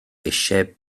eisiau